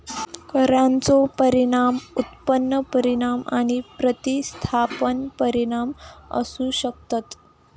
करांचो परिणाम उत्पन्न परिणाम आणि प्रतिस्थापन परिणाम असू शकतत